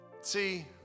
See